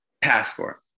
passport